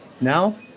Now